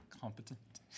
competent